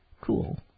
cool